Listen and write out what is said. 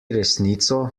resnico